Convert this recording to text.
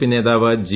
P നേതാവ് G